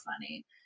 funny